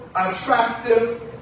attractive